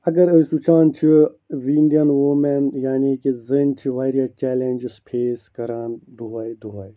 اگر أسۍ وِچھان چھِ اِنڈِین وومین یعنے کہِ زٔنۍ چھِ وارِیاہ چلینجس فیس کَران دۄہے دۄہے